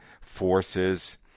forces